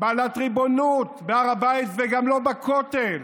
בעלת ריבונות בהר הבית וגם לא בכותל.